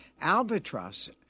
Albatross